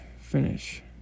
finish